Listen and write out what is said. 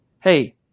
hey